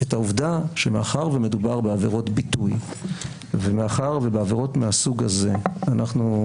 את העובדה שמאחר שמדובר בעבירות ביטוי ומאחר שבעבירות מהסוג הזה אנחנו,